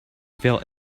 felt